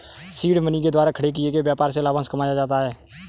seed money के द्वारा खड़े किए गए व्यापार से लाभांश कमाया जाता है